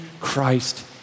Christ